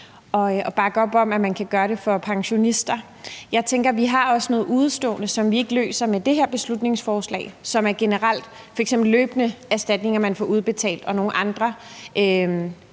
at bakke op om, at man kan gøre det for pensionister. Jeg tænker, at vi også har et udestående, som vi ikke løser med det her beslutningsforslag, og som er generelt, med f.eks. løbende erstatninger, man får udbetalt, og nogle andre